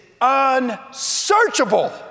unsearchable